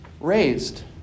raised